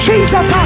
Jesus